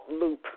loop